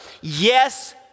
Yes